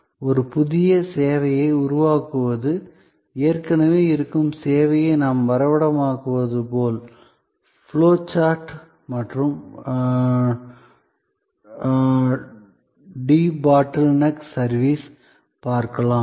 ஒரு புதிய சேவையை உருவாக்க ஏற்கனவே இருக்கும் சேவையை நாம் வரைபடமாக்குவது போல் ஃப்ளோ சார்ட் மற்றும் டிபோட்லெனெக் சேவையைப் பார்க்கலாம்